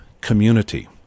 community